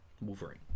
Wolverine